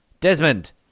Desmond